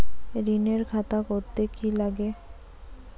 ঋণের খাতা করতে কি লাগে?